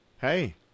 hey